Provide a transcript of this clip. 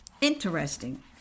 Interesting